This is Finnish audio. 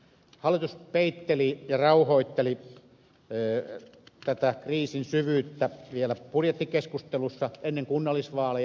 hallitus peitteli ja rauhoitteli tätä kriisin syvyyttä vielä budjettikeskustelussa ennen kunnallisvaaleja